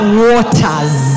waters